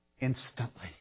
Instantly